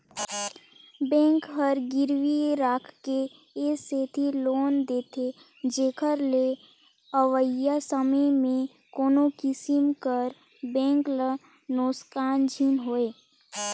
bank हर गिरवी राखके ए सेती लोन देथे जेकर ले अवइया समे में कोनो किसिम कर बेंक ल नोसकान झिन होए